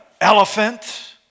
elephant